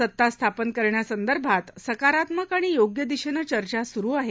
सत्ता स्थापन करण्यासंदर्भात सकारात्मक आणि योग्य दिशेनं चर्चा सुरु आहे